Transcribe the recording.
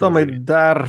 tomai dar